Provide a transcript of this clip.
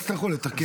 שלא יצטרכו לתקף.